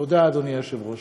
תודה, אדוני היושב-ראש.